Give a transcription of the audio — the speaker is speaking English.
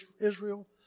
Israel